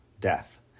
death